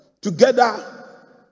together